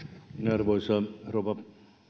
arvoisa rouva